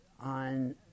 on